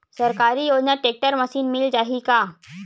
सरकारी योजना tractor machine मिल जाही का?